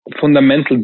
fundamental